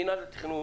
מינהל התכנון